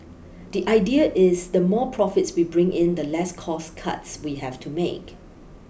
the idea is the more profits we bring in the less cost cuts we have to make